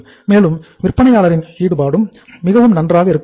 மேலும் விற்பனையாளரின் ஈடுபாடும் மிகவும் நன்றாக இருக்க வேண்டும்